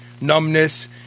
numbness